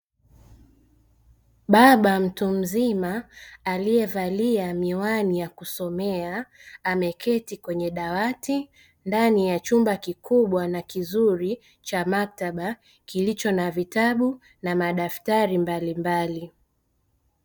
Baba mtu mzima aliyevalia miwani ya kujisomea ameketi kwenye dawati ndani ya chumba kikubwa, na kizuri cha maktaba kilicho na vitabu na madaftari mbalimbali.